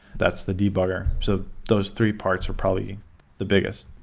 that's the debugger. so those three parts are probably the biggest,